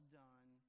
done